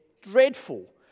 dreadful